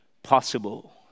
possible